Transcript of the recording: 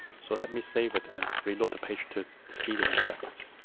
so let me save it and reload the page to see the effect.